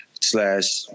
slash